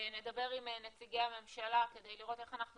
נדבר עם נציגי הממשלה כדי לראות איך אנחנו